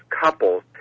couples